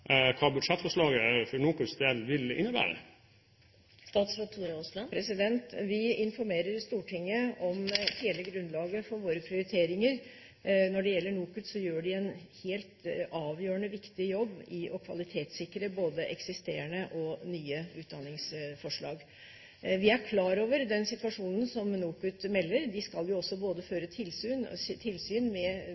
hva budsjettforslaget for NOKUTs del vil innebære. Vi informerer Stortinget om hele grunnlaget for våre prioriteringer. Når det gjelder NOKUT, gjør de en helt avgjørende viktig jobb med å kvalitetssikre både eksisterende og nye utdanningsforslag. Vi er klar over den situasjonen som NOKUT melder om – de skal jo også både føre tilsyn med